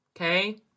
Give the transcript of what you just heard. Okay